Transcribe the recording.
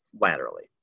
laterally